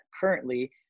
currently